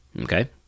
okay